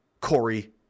Corey